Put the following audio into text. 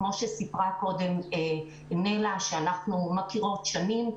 כמו שסיפרה קודם נלה ואנחנו מכירות שנים,